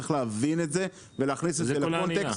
צריך להבין את זה ולהכניס את זה לקונטקסט.